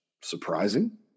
surprising